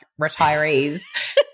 retirees